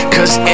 Cause